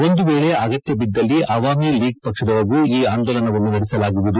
ಒಂದು ವೇಳೆ ಅಗತ್ಯಬಿದ್ದಲ್ಲಿ ಅವಾಮಿ ಲೀಗ್ ಪಕ್ಷದೊಳಗೂ ಈ ಆಂದೋಲನವನ್ನು ನಡೆಸಲಾಗುವುದು